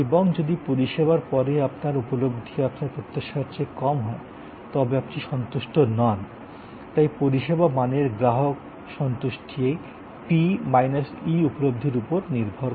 এবং যদি পরিষেবার পরে আপনার উপলব্ধি আপনার প্রত্যাশার চেয়ে কম হয় তবে আপনি সন্তুষ্ট নন তাই পরিষেবা মানের গ্রাহক সন্তুষ্টি এই P E উপলব্ধির উপর নির্ভর করে